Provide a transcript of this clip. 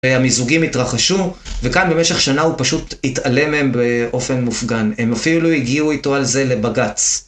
המיזוגים התרחשו, וכאן במשך שנה הוא פשוט התעלם הם באופן מופגן. הם אפילו הגיעו איתו על זה לבגץ.